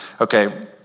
okay